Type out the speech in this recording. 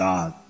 God